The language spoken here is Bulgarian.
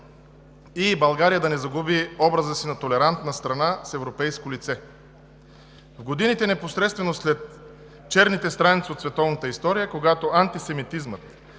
и България да не загуби образа си на толерантна страна с европейско лице. В годините непосредствено след черните страници от световната история, когато антисемитизмът,